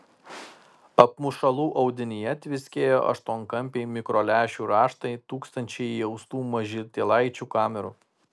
apmušalų audinyje tviskėjo aštuonkampiai mikrolęšių raštai tūkstančiai įaustų mažytėlaičių kamerų